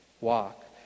walk